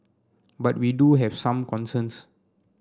but we do have some concerns